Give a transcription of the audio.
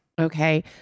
Okay